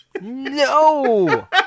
No